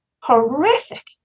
horrific